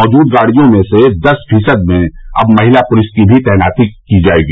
मौजूद गाड़ियों में से दस फीसदी में अब महिला पुलिस की भी तैनाती की जाएगी